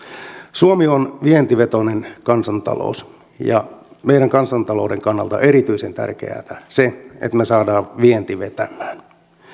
suomi on vientivetoinen kansantalous ja meidän kansantaloutemme kannalta on erityisen tärkeätä se että me saamme viennin vetämään